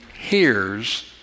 hears